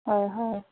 হয় হয়